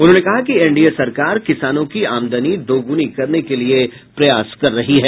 उन्होंने कहा कि एनडीए सरकार किसानों की आमदनी दोगुनी करने के लिए प्रयास कर रही है